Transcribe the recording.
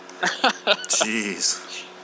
jeez